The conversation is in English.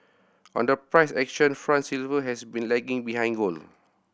on the price action front silver has been lagging behind gold